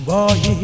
Boy